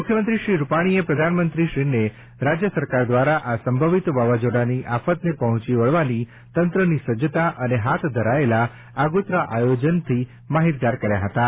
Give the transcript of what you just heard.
મુખ્યમંત્રી શ્રી વિજયભાઈ રૂપાણીએ પ્રધાનમંત્રી શ્રીને રાજ્ય સરકાર દ્વારા આ સંભવિત વાવાઝોડાની આફતને પહોંચી વળવાની તંત્રની સજજતા અને હાથ ધરાયેલા આગોતરા આયોજનથી માહિતગાર કર્યા હતાં